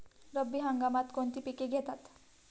रब्बी हंगामात कोणती पिके घेतात?